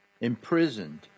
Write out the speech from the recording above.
imprisoned